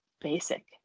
basic